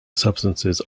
substances